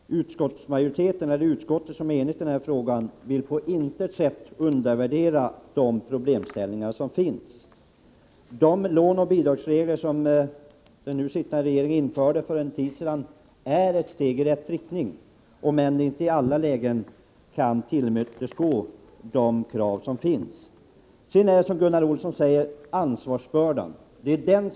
Herr talman! Jag vill bara kortfattat säga till Gunnar Olsson och kammarens ledamöter att utskottet, som är enigt i den här frågan, på intet sätt vill undervärdera de problem som finns på området. De lånoch bidragsregler som den nu sittande regeringen införde för en tid sedan är ett steg i rätt riktning, även om de inte i alla avseenden tillmötesgår de krav som finns. Det är riktigt, som Gunnar Olsson säger, att ansvarsbördan är svår att definiera.